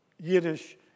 Yiddish